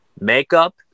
makeup